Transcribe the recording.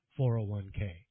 401k